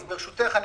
ברשותך,